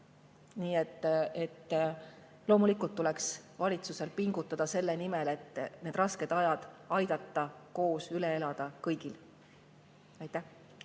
Nii et loomulikult tuleks valitsusel pingutada selle nimel, et need rasked ajad aidata koos üle elada kõigil. Aitäh,